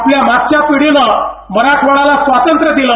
आपल्या मागच्या पिढीनं मराठवाड्याला स्वातंत्र्य दिलं